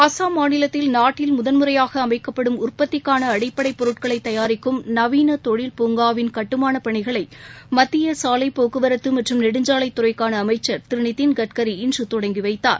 அல்லாம் மாநிலத்தில் நாட்டில் முதன்முறையாகஅமைக்கப்படும் உற்பத்திக்கானஅடிப்படைபொருட்களைதயாரிக்கும் நவீனதொழில் பூங்ளவிள் கட்டுமானப் பணிகளைமத்தியசாலைப் போக்குவரத்துமற்றும் நெடுஞ்சாலைத் துறைக்கானஅமைச்சர் திருநிதின்கட்காரி இன்றுதொடங்கிவைத்தார்